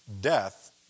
death